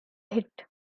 hit